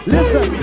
Listen